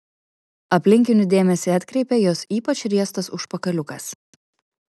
aplinkinių dėmesį atkreipė jos ypač riestas užpakaliukas